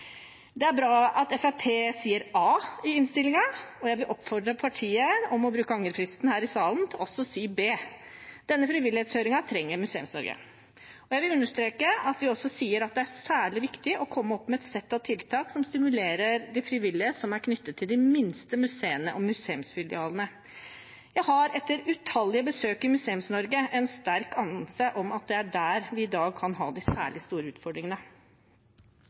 Det er bra at Fremskrittspartiet sier A i innstillingen, og jeg vil oppfordre partiet til her i salen å bruke angrefristen til også å si B. Denne frivillighetshøringen trenger Museums-Norge. Jeg vil understreke at vi også sier at det er særlig viktig å komme opp med et sett av tiltak som stimulerer de frivillige som er knyttet til de minste museene og museumsfilialene. Jeg har etter utallige besøk i Museums-Norge en sterk anelse om at det er der vi i dag kan ha de særlig store utfordringene.